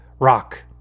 Rock